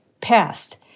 passed